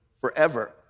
forever